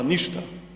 Ništa!